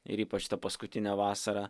ir ypač tą paskutinę vasarą